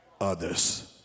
others